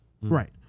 right